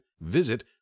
visit